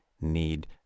need